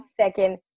second